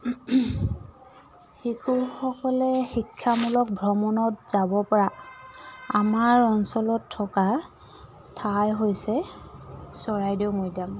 শিশুসকলে শিক্ষামূলক ভ্ৰমণত যাবপৰা আমাৰ অঞ্চলত থকা ঠাই হৈছে চৰাইদেউ মৈদাম